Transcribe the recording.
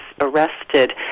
arrested